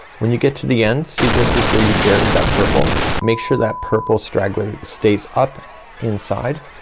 when you get to the end see, this is where you buried that purple make sure that purple straggler stays up inside.